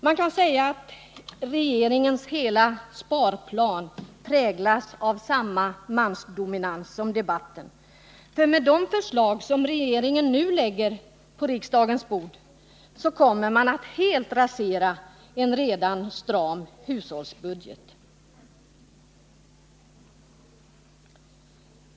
Man kan säga att regeringens hela sparplan präglas av samma mansdominans som debatten. De förslag som regeringen har lagt på riksdagens bord kommer att helt rasera en redan stram hushållsbudget.